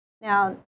now